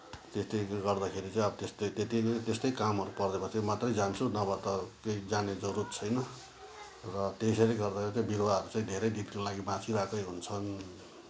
त्यसैले गर्दाखेरि चाहिँ अब त्यस्तै त्यति नै त्यस्तै कामहरू पऱ्यो भने मात्रै जान्छुँ नभए त केही जाने जरुरत छैन र त्यसैले गर्दाखेरि बिरुवाहरू चाहिँ धेरै दिनको लागि बाँचिरहेकै हुन्छन्